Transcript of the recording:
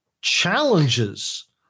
challenges